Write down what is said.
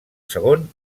segon